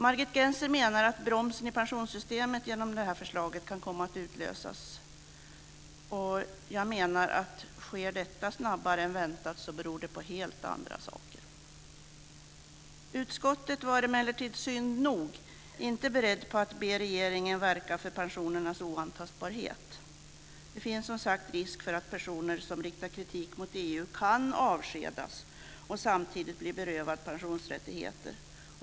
Margit Gennser menar att genom det här förslaget kan bromsen i pensionssystemet komma att utlösas. Sker detta snabbare än väntat beror det på helt andra saker. Tråkigt nog var utskottet emellertid inte berett att ge regeringen i uppdrag att verka för pensionernas oantastbarhet. Det finns, som sagt, risk för att personer som riktar kritik mot EU kan avskedas och samtidigt bli berövade sina pensionsrättigheter.